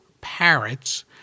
Parrots